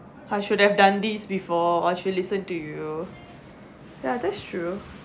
I should have done this before or should listen to you ya that's true